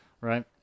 Right